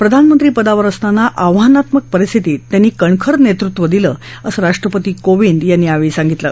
प्रधानमंत्रीपदावर असताना आव्हानात्मक परिस्थितीत त्यांनी कणखर नेतृत्व दिलं असं राष्ट्रपतींनी यावेळी सांगितलं